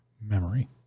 memory